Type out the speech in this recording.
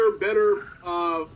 better